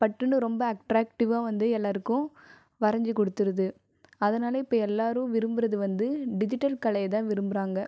பட்டுன்னு ரொம்ப அட்ராக்டிவ்வாக வந்து எல்லோருக்கும் வரஞ்சு கொடுத்துடுது அதனால் இப்போ எல்லோரும் விரும்புகிறது வந்து டிஜிட்டல் கலையை தான் விரும்புகிறாங்க